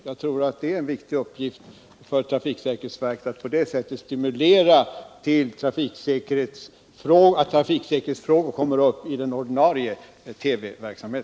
Det är alltså en viktig uppgift för trafiksäkerhetsverket att stimulera till att trafiksäkerhetsfrågor tas upp i TV:s ordinarie programverksamhet.